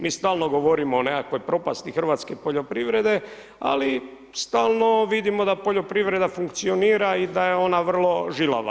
Mi stalno govorimo o nekakvoj propasti hrvatske poljoprivrede ali stalno vidimo da poljoprivreda funkcionira i da je ona vrlo žilava.